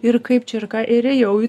ir kaip čia ir ką ir ėjau į